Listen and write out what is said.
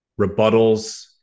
rebuttals